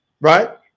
right